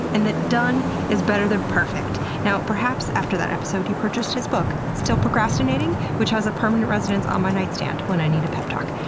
and that done is better than perfect. perhaps perhaps after that episode you purchased his book, still procrastinating, which has a permanent residence on my nightstand when i need a pep talk.